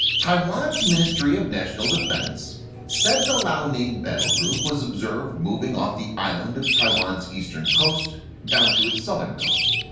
taiwan's ministry of national defense said the liaoning battle group was observed moving off the island of taiwan's eastern coast down to its southern coast.